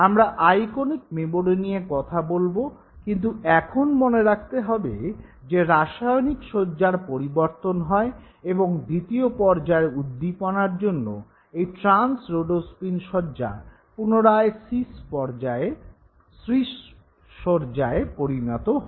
আমরা iconic memory নিয়ে কথা বলব কিন্তু এখন মনে রাখতে হবে যে রাসায়নিক সজ্জার পরিবর্তন হয় এবং দ্বিতীয় পর্যায়ের উদ্দীপনার জন্য এই ট্রান্স রোডোস্পিন সজ্জা পুনরায় সিস সজ্জায় পরিণত হয়